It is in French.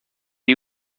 est